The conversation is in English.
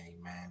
Amen